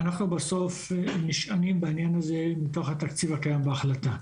אנחנו בסוף נשענים בעניין הזה מתוך התקציב הקיים בהחלטה.